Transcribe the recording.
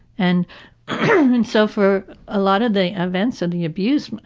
and and so for a lot of the events of the abuse,